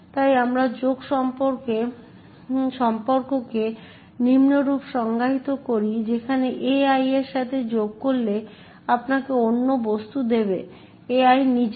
তাই আমরা যোগ সম্পর্ককে নিম্নরূপ সংজ্ঞায়িত করি যেখানে AI এর সাথে যোগ করলে আপনাকে অন্য বস্তু দেবে AI নিজেই